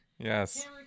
Yes